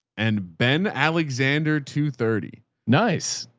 and ben alexander. two-thirty nice.